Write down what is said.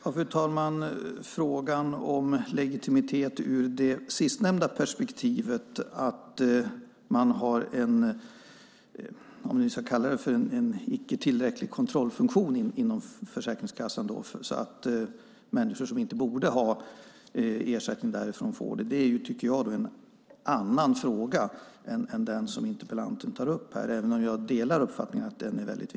Fru talman! Frågan om legitimitet ur det sistnämnda perspektivet, alltså att man har en otillräcklig kontrollfunktion inom Försäkringskassan så att människor som inte borde ha ersättning får det, är en annan fråga än den som interpellanten tar upp - även om jag delar uppfattningen att den är viktig.